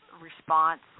response